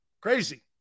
Crazy